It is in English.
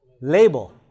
Label